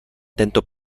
tento